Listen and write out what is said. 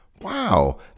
Wow